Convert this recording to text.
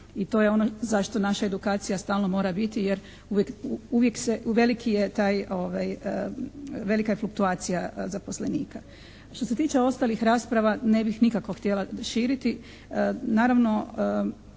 i to je ono zašto naša edukacija stalno mora biti jer uvijek se, veliki je taj, velika je fluktuacija zaposlenika. Što se tiče ostalih rasprava ne bih nikako htjela širiti.